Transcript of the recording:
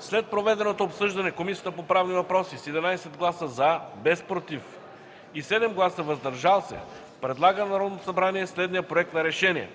След проведеното обсъждане Комисията по правни въпроси с 11 гласа „за”, без „против” и 7 гласа „въздържал се” предлага на Народното събрание следния проект на решение: